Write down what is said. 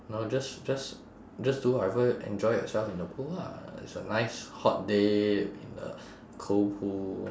no just just just do whatever enjoy yourself in the pool lah it's a nice hot day in the cold pool